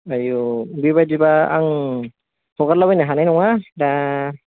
आयौ बेबायदिबा आं हरगारला बायनो हानाय नङा दा